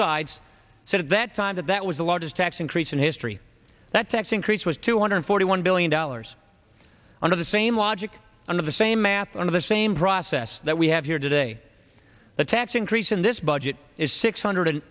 sides said at that time that that was the largest tax increase in history that tax increase was two hundred forty one billion dollars under the same logic and the same math on the same process that we have here today the tax increase in this budget is six hundred